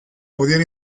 podían